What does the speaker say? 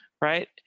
right